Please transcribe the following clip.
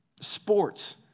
sports